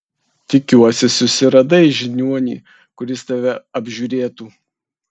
tikiuosi susiradai žiniuonį kuris tave apžiūrėtų